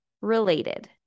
related